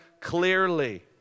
clearly